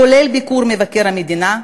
כולל ביקור מבקר המדינה,